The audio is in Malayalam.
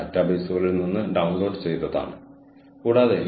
ഞാൻ ഉദ്ദേശിക്കുന്നത് നിങ്ങൾ സ്റ്റാൻഡേർഡ് കട്ട് വസ്ത്രങ്ങൾ ഉള്ളവരാണ്